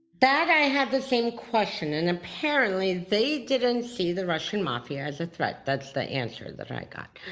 that i have the same question, and apparently, they didn't see the russian mafia as a threat. that's the answer that i got.